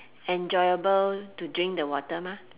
enjoyable to drink the water mah